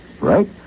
right